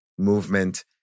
movement